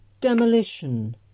demolition